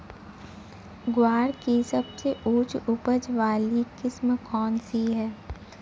ग्वार की सबसे उच्च उपज वाली किस्म कौनसी है?